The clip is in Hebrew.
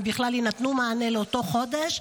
אם בכלל יינתן מענה לאותו חודש,